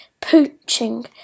poaching